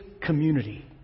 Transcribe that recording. community